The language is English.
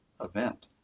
event